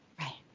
Right